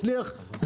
מצליח,